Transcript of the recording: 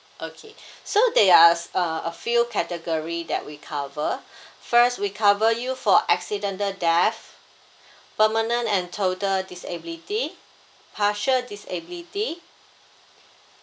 okay so there are uh a few category that we cover first we cover you for accidental death permanent and total disability partial disability